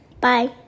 Bye